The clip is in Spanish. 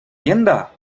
tienda